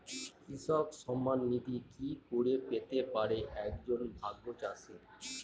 কৃষক সন্মান নিধি কি করে পেতে পারে এক জন ভাগ চাষি?